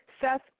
Seth